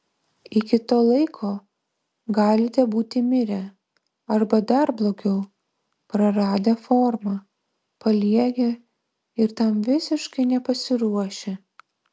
iki to laiko galite būti mirę arba dar blogiau praradę formą paliegę ir tam visiškai nepasiruošę